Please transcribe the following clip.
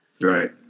right